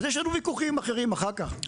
אז יש לנו ויכוחים אחרים אחר כך,